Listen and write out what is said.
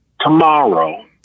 Tomorrow